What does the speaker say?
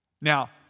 Now